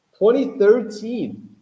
2013